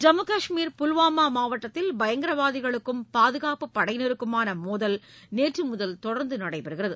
ஜம்மு கஷ்மீர் புல்வாமா மாவட்டத்தில் பயங்கரவாதிகளுக்கும் பாதுகாப்புப் படையினருக்குமான மோதல் நேற்று முதல் தொடர்ந்து நடைபெறுகிறது